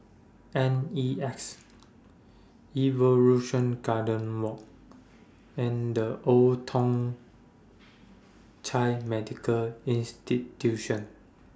N E X Evolution Garden Walk and The Old Thong Chai Medical Institution